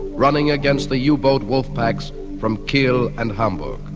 running against the yeah u-boat wolf packs from kiel and hamburg.